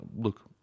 look